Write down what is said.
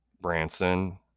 Branson